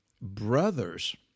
brothers